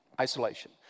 Isolation